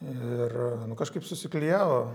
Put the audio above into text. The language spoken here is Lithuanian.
ir nu kažkaip susiklijavo